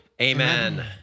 Amen